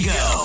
go